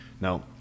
Now